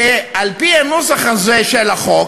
שעל-פי הנוסח הזה של החוק,